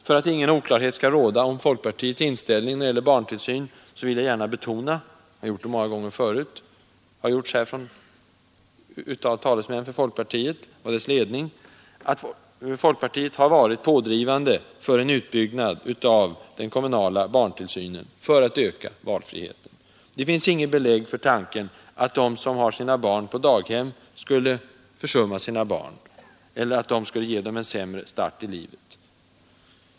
För att ingen oklarhet skall råda om folkpartiets inställning när det gällar barntillsynen vill jag gärna betona — jag har gjort det många gånger förut, och det har framhållits av talesmän för folkpartiet och dess ledning — att folkpartiet har varit pådrivande för en utbyggnad av den kommunala bartillsynen för att öka valfriheten. Det finns inget belägg för tanken att de som har sina barn på daghem skulle försumma dem, eller att de skulle ge dem en sämre start i livet.